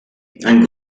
and